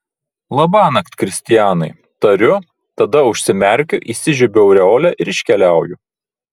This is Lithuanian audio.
labanakt kristianai tariu tada užsimerkiu įsižiebiu aureolę ir iškeliauju